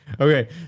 Okay